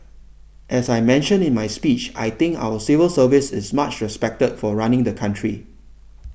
as I mentioned in my speech I think our civil service is much respected for running the country